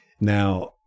Now